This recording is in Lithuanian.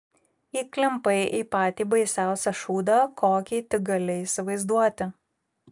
įklimpai į patį baisiausią šūdą kokį tik gali įsivaizduoti